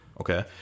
Okay